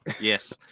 Yes